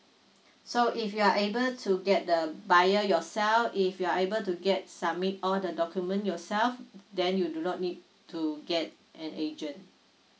so if you are able to get the buyer yourself if you are able to get submit all the document yourself then you do not need to get an agent